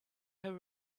her